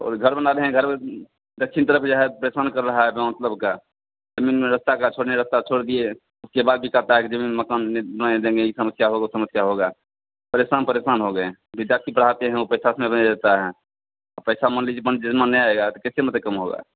और घर बना रहे हैं घर दक्षिण तरफ जो है परेशान कर रहा है गाँव के लोग का रास्ता काहे नहीं छोड़े रास्ता छोड़ दिए उसके बाद भी कहता है जमीन मकान नहीं देंगे इ समस्या हो उ समस्या होगा परेशान परेशान हो गए विद्यार्थी पढ़ाते हैं उ पैसा उसमें नहीं देता है पैसा मान लिजिए मान मांगने आएगा तो कैसे मतलब काम होगा